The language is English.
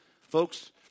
Folks